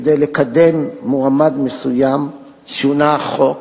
כדי לקדם מועמד מסוים, שונה החוק,